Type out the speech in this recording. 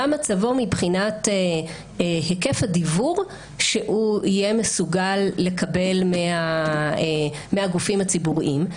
מה מצבו מבחינת היקף הדיוור שהוא יהיה מסוגל לקבל מהגופים הציבוריים?